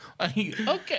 Okay